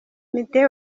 komite